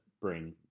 bring